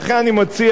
לכן אני מציע,